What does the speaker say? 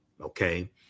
Okay